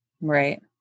Right